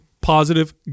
positive